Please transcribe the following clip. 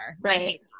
Right